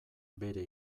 bere